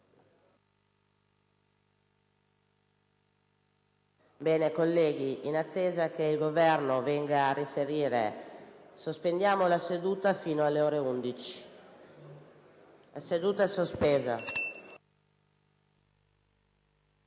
Colleghi, in attesa che il Governo venga a riferire, sospendo la seduta fino alle ore 11. La seduta è sospesa.